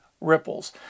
ripples